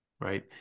Right